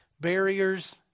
barriers